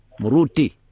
muruti